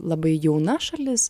labai jauna šalis